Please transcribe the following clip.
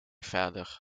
verder